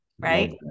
right